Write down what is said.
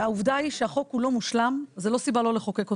העובדה שהחוק לא מושלם זו לא סיבה שלא לחוקק אותו.